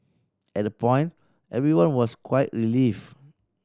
at that point everyone was quite relieved